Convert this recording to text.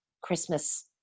Christmas